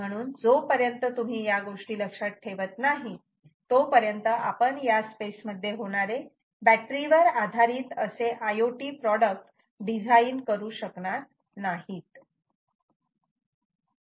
म्हणून जोपर्यंत तुम्ही या गोष्टी लक्षात ठेवत नाही तोपर्यंत आपण या स्पेस मध्ये होणारे बॅटरीवर आधारित असे IoT प्रॉडक्ट डिझाईन करू शकणार नाहीत